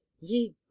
ye